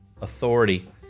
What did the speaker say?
authority